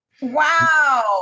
Wow